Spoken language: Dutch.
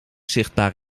zichtbaar